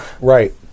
Right